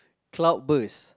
cloud burst